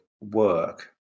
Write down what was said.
work